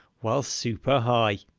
while super high.